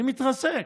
אני מתרסק.